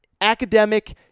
academic